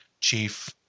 Chief